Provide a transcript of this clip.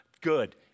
good